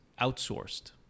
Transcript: outsourced